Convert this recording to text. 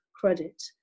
credit